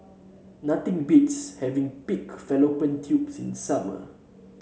nothing beats having Pig Fallopian Tubes in the summer